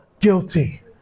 Guilty